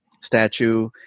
statue